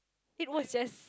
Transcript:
it was just